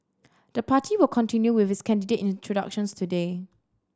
the party will continue with its candidate introductions today